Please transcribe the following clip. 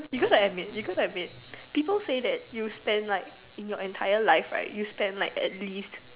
because I have maid because I have maid people say that you spent like in your entire life right you spent like at least